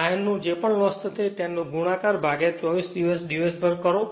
આયર્નનું જે પણ લોસ થશે તેનો ગુણાકાર 24 દિવસભર કરો